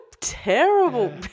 terrible